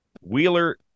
Wheeler